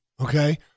Okay